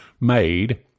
made